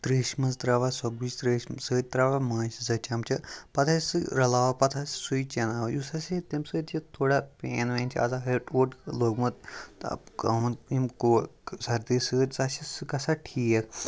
ترٛیشہِ منٛز ترٛاوان سۄکبٕج ترٛیشہِ سۭتۍ ترٛاوان ماچھِ زٕ چَمچہِ پَتہٕ حظ چھِ سُہ رَلاوان پَتہٕ حظ چھِ سُے چیناوان یُس ہَسا یہِ تَمہِ سۭتۍ یہِ تھوڑا پین وین چھِ آسان ہوٚٹ ووٚٹ لوٚگمُت تہٕ کامَن یِم کو سردی سۭتۍ سُہ ہَسا چھِ سُہ گژھان ٹھیٖک